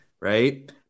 Right